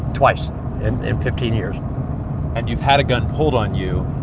twice in fifteen years and you've had a gun pulled on you.